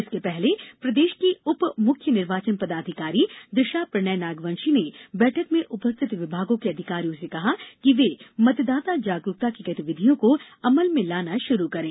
इसके पहले प्रदेश की उप मुख्य निर्वाचन पदाधिकारी दिशा प्रणय नागवंशी ने बैठक में उपस्थित विभागों के अधिकारियों से कहा कि वे मतदाता जागरूकता की गतिविधियों को अमल में लाना शुरू करें